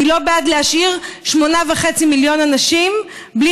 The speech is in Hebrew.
אני לא בעד להשאיר 8.5 מיליון אנשים בלי